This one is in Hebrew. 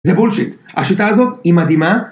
זה בולשיט, השיטה הזאת היא מדהימה